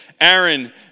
Aaron